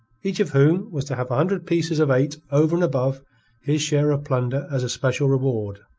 each of whom was to have a hundred pieces of eight over and above his share of plunder as a special reward.